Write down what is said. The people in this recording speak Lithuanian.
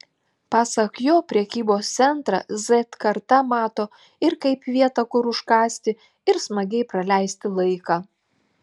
pasak jo prekybos centrą z karta mato ir kaip vietą kur užkąsti ir smagiai praleisti laiką